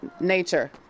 nature